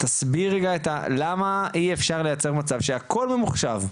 תסביר רגע למה אי אפשר לייצר מצב שהכול ממוחשב?